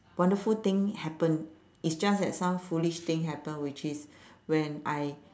wonderful thing happen is just that some foolish thing happen which is when I